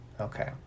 Okay